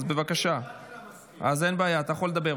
אין בעיה, אתה יכול לדבר.